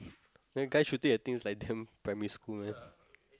guys shooting the things like damn primary school man